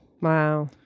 Wow